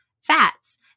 fats